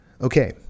Okay